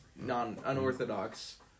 non-unorthodox